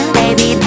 baby